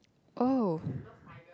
oh